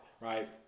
right